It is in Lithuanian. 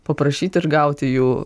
paprašyt ir gauti jų